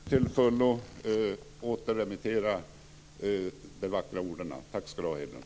Fru talman! Jag vill till fullo återremittera de vackra orden. Tack skall du ha, Hedlund.